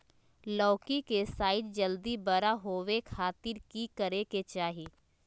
लौकी के साइज जल्दी बड़ा होबे खातिर की करे के चाही?